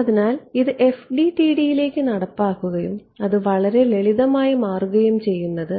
അതിനാൽ ഇത് FDTD ലേക്ക് നടപ്പിലാക്കുകയും അത് വളരെ ലളിതമായി മാറുകയും ചെയ്യുന്നത്